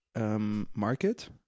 market